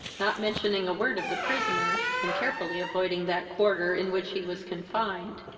not mentioning a word of the prisoner, and carefully avoiding that quarter in which he was confined.